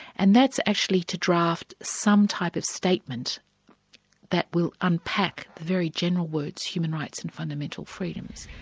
and that's actually to draft some type of statement that will unpack the very general words human rights and fundamental freedoms.